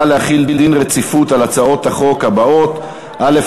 להחיל דין רציפות על הצעת חוק הבאות: א.